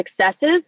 successes